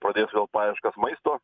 pradės vėl paieškas maisto